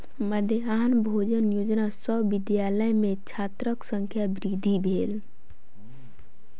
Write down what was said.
मध्याह्न भोजन योजना सॅ विद्यालय में छात्रक संख्या वृद्धि भेल